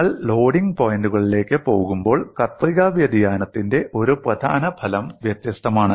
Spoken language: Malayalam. നിങ്ങൾ ലോഡിംഗ് പോയിന്റുകളിലേക്ക് പോകുമ്പോൾ കത്രിക വ്യതിയാനത്തിന്റെ ഒരു പ്രധാന ഫലം വ്യത്യസ്തമാണ്